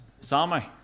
Sammy